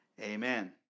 Amen